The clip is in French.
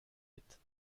sept